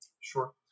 Sure